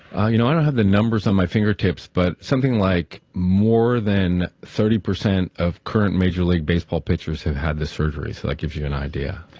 you know i don't have the numbers at um my fingertips, but something like more than thirty percent of current major league baseball pitchers have had this surgery, so that gives you an idea.